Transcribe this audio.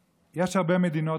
השליט.